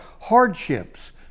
hardships